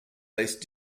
based